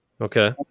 Okay